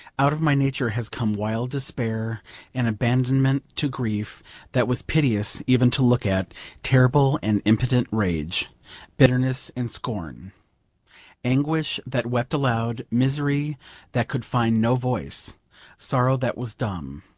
out of my nature has come wild despair an abandonment to grief that was piteous even to look at terrible and impotent rage bitterness and scorn anguish that wept aloud misery that could find no voice sorrow that was dumb.